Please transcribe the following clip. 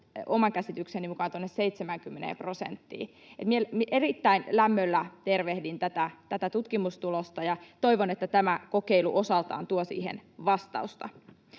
oman käsitykseni mukaan tuonne 70 prosenttiin. Että erittäin lämmöllä tervehdin tätä tutkimustulosta ja toivon, että tämä kokeilu osaltaan tuo siihen vastausta.